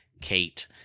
Kate